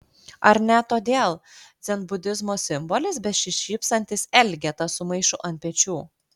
ar ne todėl dzenbudizmo simbolis besišypsantis elgeta su maišu ant pečių